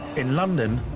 in london,